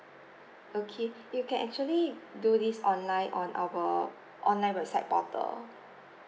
okay you can actually do this online on our online website portal